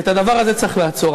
ואת הדבר הזה צריך לעצור.